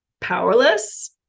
powerless